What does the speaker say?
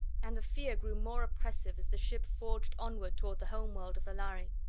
and the fear grew more oppressive as the ship forged onward toward the home world of the lhari.